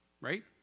right